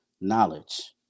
knowledge